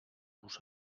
nos